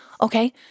Okay